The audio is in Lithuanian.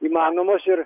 įmanomas ir